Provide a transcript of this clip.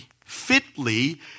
fitly